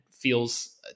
feels